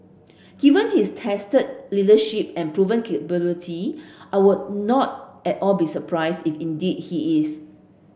given his tested leadership and proven capability I would not at all be surprised if indeed he is